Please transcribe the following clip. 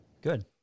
good